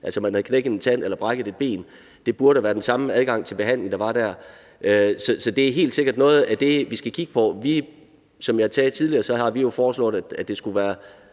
altså om man havde knækket en tand eller brækket et ben. Der burde der være den samme adgang til behandling. Så det er helt sikkert noget af det, vi skal kigge på. Som jeg sagde tidligere, har vi jo foreslået, at det skulle være